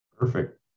Perfect